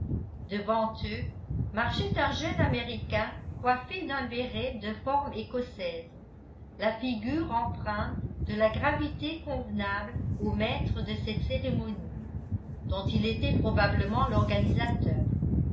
devant eux marchait un jeune américain coiffé d'un béret de forme écossaise la figure empreinte de la gravité convenable au maître de cette cérémonie dont il était probablement l'organisateur